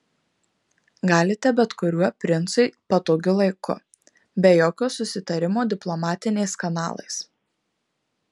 galite bet kuriuo princui patogiu laiku be jokio susitarimo diplomatiniais kanalais